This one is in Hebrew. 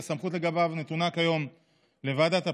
שהסמכות לגביו נתונה כיום לוועדת הפנים,